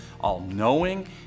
all-knowing